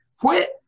quit